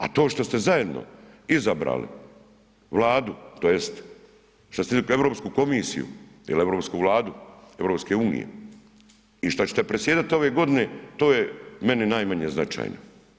A to što ste zajedno izabrali Vladu tj. što ste Europsku komisiju ili europsku vladu EU i što ćete predsjedat ove godine to je meni najmanje značajno.